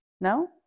No